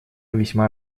весьма